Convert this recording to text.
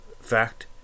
fact